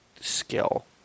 skill